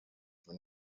for